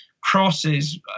crosses